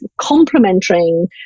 complementing